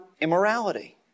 immorality